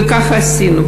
וככה עשינו,